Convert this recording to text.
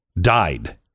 died